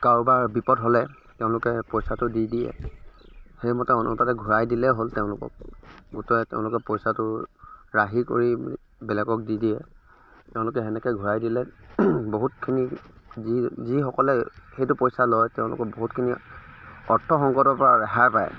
কাৰোবাৰ বিপদ হ'লে তেওঁলোকে পইচাটো দি দিয়ে সেইমতে অনুপাতে ঘূৰাই দিলেই হ'ল তেওঁলোকক গোটৰ তেওঁলোকে পইচাটো ৰাহি কৰি বেলেগক দি দিয়ে তেওঁলোকে সেনেকৈ ঘূৰাই দিলে বহুতখিনি যি যিসকলে সেইটো পইচা লয় তেওঁলোকক বহুতখিনিয়ে অৰ্থ সংকটৰ পৰা ৰেহাই পায়